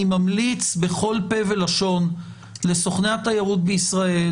ממליץ בכל פה ולשון לסוכני התיירות בישראל,